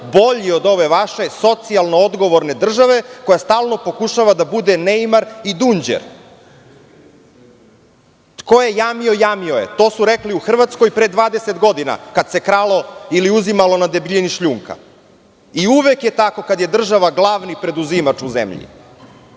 bolji od ove vaše socijalno odgovorne države koja stalno pokušava da bude neimar i dunđer."Tko je jamio, jamio je", to su rekli u Hrvatskoj pre 20 godina kad se kralo ili uzimalo na debljinu šljunka. Uvek je tako kad je država glavni preduzimač u zemlji.